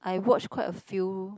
I watch quite a few